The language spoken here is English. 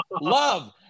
love